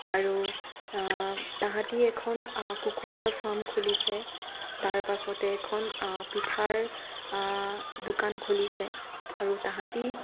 আৰু তাহাঁতে এখন কুকুৰাৰ ফাৰ্ম খুলিছে তাৰপাছতে এখন পিঠাৰ দোকান খুলিছে আৰু তাহাঁতে